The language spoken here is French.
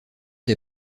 des